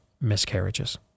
miscarriages